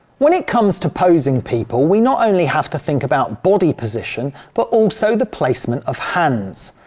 when it comes to posing people we not only have to think about body position but also the placement of hands.